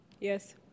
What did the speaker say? Yes